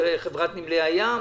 זה חברת נמלי הים.